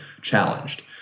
challenged